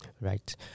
right